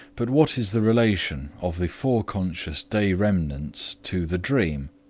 but what is the relation of the foreconscious day remnants to the dream?